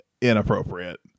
inappropriate